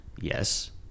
Yes